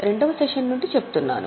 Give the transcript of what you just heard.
రెండవ సెషన్ నుండి చెప్తున్నాను